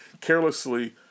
carelessly